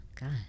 god